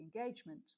engagement